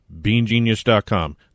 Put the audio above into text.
BeanGenius.com